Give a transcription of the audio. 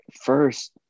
first